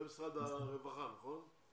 אתה משרד הרווחה, נכון?